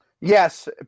Yes